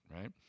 right